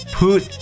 put